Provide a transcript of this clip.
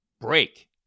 break